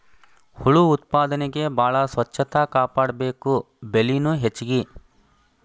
ಹುಳು ಉತ್ಪಾದನೆಗೆ ಬಾಳ ಸ್ವಚ್ಚತಾ ಕಾಪಾಡಬೇಕ, ಬೆಲಿನು ಹೆಚಗಿ